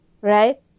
right